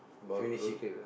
finish it